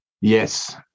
yes